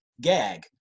GAG